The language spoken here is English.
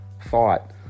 thought